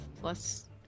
plus